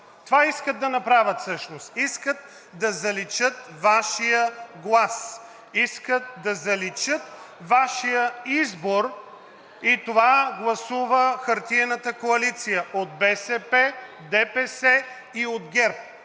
Това правят всъщност – искат да заличат Вашия глас, искат да заличат Вашия избор и това гласува хартиената коалиция от БСП, ДПС и от ГЕРБ.